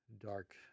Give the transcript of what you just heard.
dark